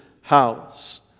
house